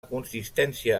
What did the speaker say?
consistència